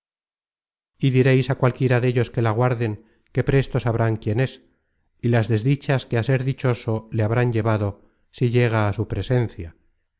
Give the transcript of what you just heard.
y direis á cualquiera dellos que la guarden que presto sabrán quién es y las desdichas que á ser dichoso le habrán llevado si llega á su presencia